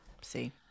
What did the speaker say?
see